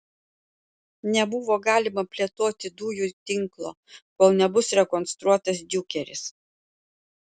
nebuvo galima plėtoti dujų tinklo kol nebus rekonstruotas diukeris